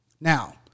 Now